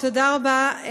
תודה רבה,